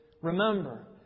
Remember